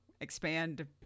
expand